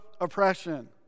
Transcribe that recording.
oppression